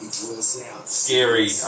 scary